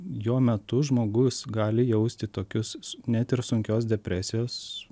jo metu žmogus gali jausti tokius net ir sunkios depresijos